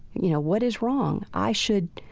you know, what is wrong? i should,